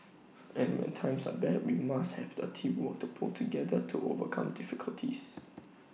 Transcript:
and when times are bad we must have the teamwork to pull together to overcome difficulties